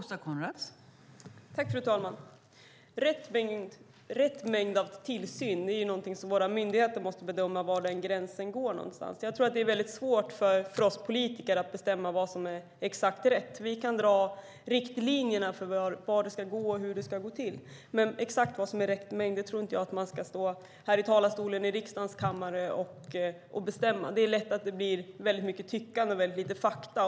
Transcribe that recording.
Fru talman! Var gränsen går när det gäller rätt mängd tillsyn är någonting som våra myndigheter måste bedöma. Jag tror att det är svårt för oss politiker att exakt bestämma vad som är rätt. Vi kan dra upp riktlinjer för var gränsen ska gå och hur det ska gå till. Men exakt vad som är rätt mängd tror inte jag kan bestämmas från talarstolen här i riksdagen. Det blir lätt väldigt mycket tyckande och väldigt lite fakta.